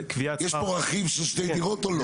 יש פה רכיב של שתי דירות או לא?